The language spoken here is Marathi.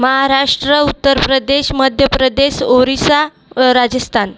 महाराष्ट्र उत्तर प्रदेश मध्य प्रदेश ओरिसा व राजस्थान